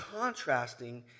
contrasting